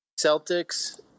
Celtics